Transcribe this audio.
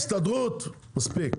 הסתדרות, מספיק.